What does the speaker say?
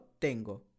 tengo